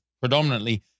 predominantly